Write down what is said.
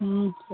sir